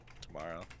tomorrow